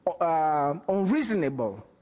unreasonable